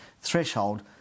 threshold